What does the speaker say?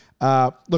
Look